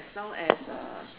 as long as uh